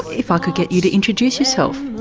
if i could get you to introduce yourself.